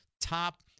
top